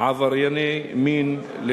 עברייני מין.